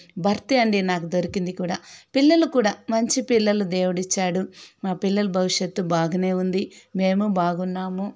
భర్తే అండి నాకు దొరికింది కూడా పిల్లలు కూడా మంచి పిల్లలు దేవుడిచ్చాడు మా పిల్లలు భవిష్యత్తు బాగానే ఉంది మేము బాగున్నాము